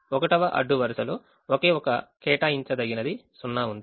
1వ అడ్డు వరుసలో ఒకే ఒక కేటాయించదగినది సున్నాఉంది